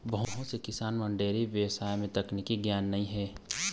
बहुत से किसान मन ल डेयरी बेवसाय के तकनीकी गियान नइ हे